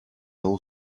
all